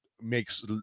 makes